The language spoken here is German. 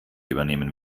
übernehmen